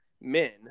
men